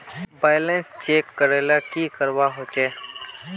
Balance check करले की करवा होचे?